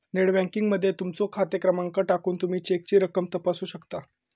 net banking मध्ये तुमचो खाते क्रमांक टाकून तुमी चेकची रक्कम तपासू शकता